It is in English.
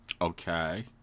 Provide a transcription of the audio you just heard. Okay